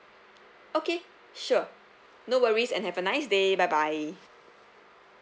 okay sure no worries and have a nice day bye bye